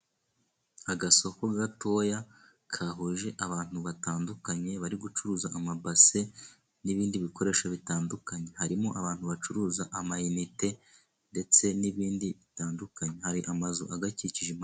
Agasoko gatoya kahuje abantu batandukanye bari gucuruza amabase n'ibindi bikoresho bitandukanye. Harimo abantu bacuruza amayinite ndetse n'ibindi bitandukanye. Hari amazu agakikije impande......